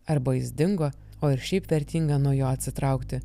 arba jis dingo o ir šiaip vertinga nuo jo atsitraukti